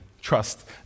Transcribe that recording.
trust